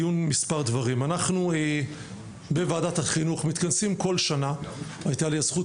אנחנו בוועדת החינוך מתכנסים כל שנה הייתה לי הזכות